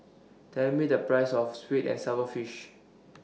Tell Me The Price of Sweet and Sour Fish